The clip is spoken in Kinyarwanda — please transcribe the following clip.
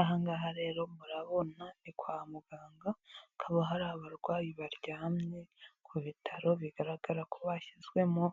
Aha ngaha rero murabona ni kwa muganga, hakaba hari abarwayi baryamye ku bitaro bigaragara ko bashyizwemo